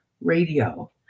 Radio